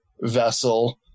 vessel